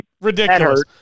Ridiculous